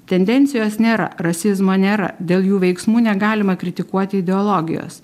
tendencijos nėra rasizmo nėra dėl jų veiksmų negalima kritikuoti ideologijos